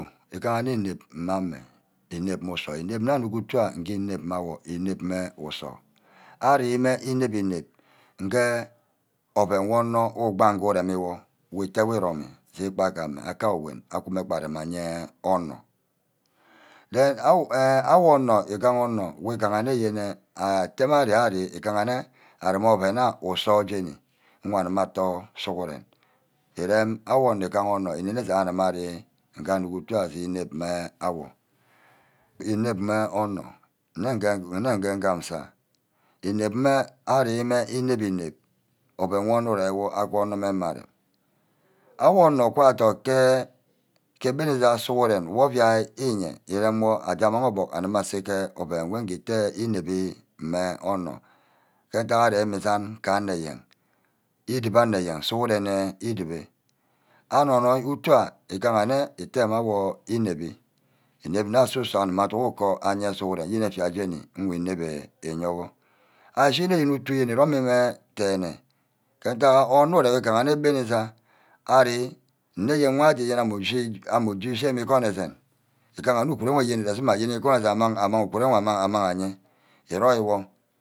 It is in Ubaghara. Ugane ínep mma meh. inep mmu usor. înep nne anuck utu awor nge inep mme awor. inep mme usor. arime ínep-înep. nge oven wor onor ugbage uremi wor. we íte-wor îrome gi gbagame aka wond wunme gbeg arem aye onor. then eh awor onor îgaha onor we gahanne yene atema arear-arear igahanne areme oven ha usor jeni wor aduma ator sughuren irem awor igaha onor irene jaguma ari nge anuck utu ayo je ínep mme awor. inep mme onor nneghe nneghe ngam usah. inep mme arime inep-înep ouun wor onor ureme wor. wan onor mmemeh arem. awor onor adord ke. ke-bene sai sughuren wor offia íye. írem wor íte inepbi mme onor ke-ntack erem mme isan ke anor eyen idibi ayo iganne înepbe. inepne yene efai yene ugu inep íyowor. ashinne ítu îrome nne denne kentack onor ureme ikanne ebenezer ari nne ayen wor ame uje ame uje ushi egon esene îganne uguru wor yene asume mme ayen amang uguru wor amang amang aye eroiwor